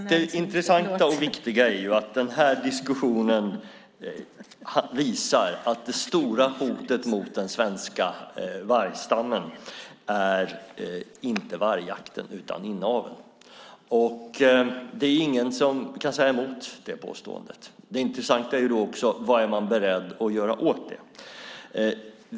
Fru talman! Det intressanta och viktiga är att den här diskussionen visar att det stora hotet mot den svenska vargstammen inte är vargjakten utan inaveln. Det är ingen som kan säga emot det påståendet. Det intressanta är då också vad man är beredd att göra åt det.